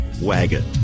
wagon